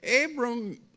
Abram